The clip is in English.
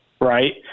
Right